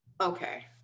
Okay